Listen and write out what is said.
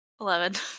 Eleven